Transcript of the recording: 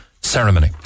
ceremony